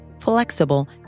flexible